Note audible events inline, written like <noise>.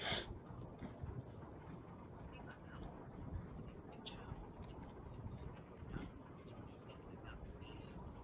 <noise>